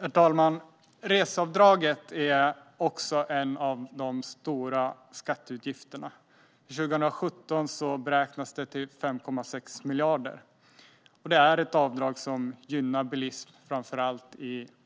Herr talman! Reseavdraget är också en av de stora skatteutgifterna. För 2017 beräknas det till 5,6 miljarder, och det är ett avdrag som gynnar bilism i framför allt